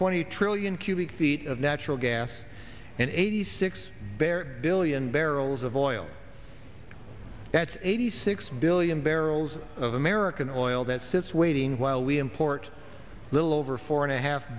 twenty trillion cubic feet of natural gas and eighty six bear billion barrels of oil that's eighty six billion barrels of american oil that sits waiting while we import little over four and a half